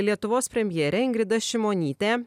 lietuvos premjerė ingrida šimonytė